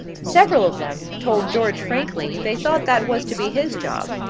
several of them told george frankly they thought that was to be his job.